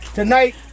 tonight